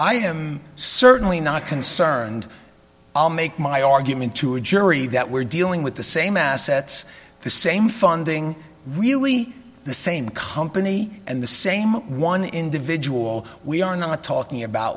i am certainly not concerned i'll make my argument to a jury that we're dealing with the same assets the same funding really the same company and the same one individual we are not talking about